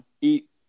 eat